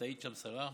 את היית שם שרה.